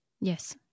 Yes